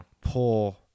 Poor